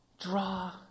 Draw